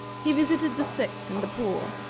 he visited the sick and the poor,